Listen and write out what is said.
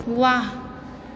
वाह